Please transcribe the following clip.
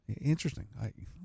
Interesting